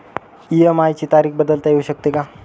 EMI ची तारीख बदलता येऊ शकते का?